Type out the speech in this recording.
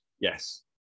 Yes